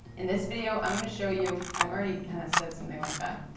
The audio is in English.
in this video, i'm gonna show you. i've already kind of said something like that,